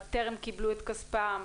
טרם קיבלו את כספם?